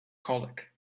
colic